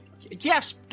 Yes